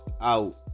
out